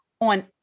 on